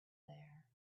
there